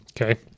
Okay